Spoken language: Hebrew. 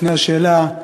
לפני השאלה,